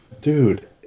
Dude